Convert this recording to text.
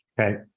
Okay